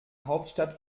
hauptstadt